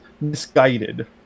misguided